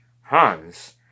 Hans